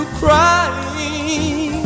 crying